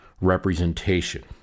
Representation